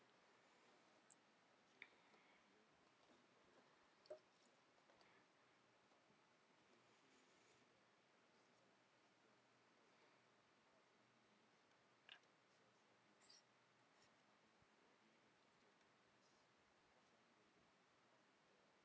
so